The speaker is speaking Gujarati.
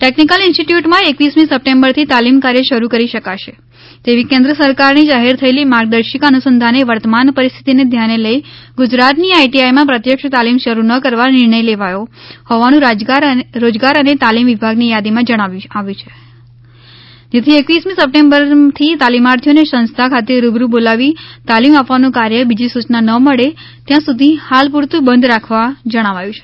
ટેકનિકલ ઈન્સ્ટીટ્યૂટમાં એક્વીસમી સપ્ટેમ્બરથી તાલીમ કાર્ય શરૂ કરી શકાશે તેવી કેન્દ્ર સરકારની જાહેર થયેલી માર્ગદર્શિકા અનુસંધાને વર્તમાન પરિસ્થિતિને ધ્યાને લઈ ગુજરાતની આઈટીઆઈમાં પ્રત્યક્ષ તાલીમ શરૂ ન કરવા નિર્ણય લેવાયો હોવાનું રોજગાર અને તાલીમ વિભાગની યાદીમાં જણાવવામાં આવ્યું છે જેથી એકવીસમી સપ્ટેમ્બરથી તાલીમાર્થીઓને સંસ્થા ખાતે રૂબરૂ બોલાવી તાલીમ આપવાનું કાર્ય બીજી સૂચના ન મળે ત્યાં સુધી હાલ પુરતું બંધ રાખવા જણાવાયું છે